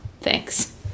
Thanks